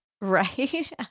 Right